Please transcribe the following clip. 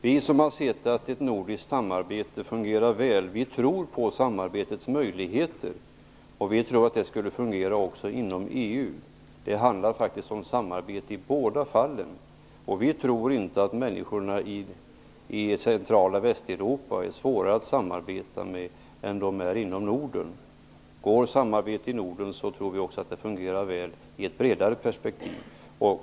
Vi som har sett att ett nordisk samarbete fungerar väl tror på samarbetets möjligheter. Vi tror att detta skulle kunna fungera även inom EU. Det handlar faktiskt om samarbete i båda fallen. Vi tror inte att människorna i centrala Västeuropa är svårare att samarbeta med än människorna i Norden. Eftersom det går att samarbeta i Norden tror vi också att det fungerar väl i ett bredare perspektiv.